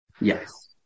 Yes